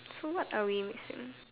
so what are we missing